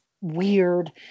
weird